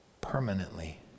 permanently